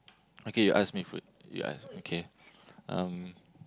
okay you ask me food you ask okay um